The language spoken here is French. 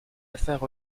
affaires